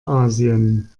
asien